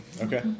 Okay